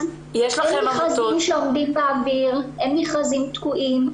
אין מכרזים שעומדים באוויר, אין מכרזים תקועים.